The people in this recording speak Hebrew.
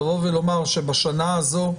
לבוא ולומר שבשנה הזאת.